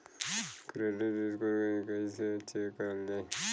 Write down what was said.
Credit score कइसे check करल जायी?